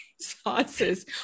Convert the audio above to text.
sauces